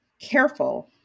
careful